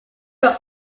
par